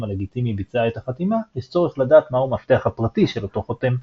הלגיטימי ביצע את החתימה יש צורך לדעת מהו המפתח הפרטי של אותו חותם.